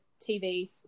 TV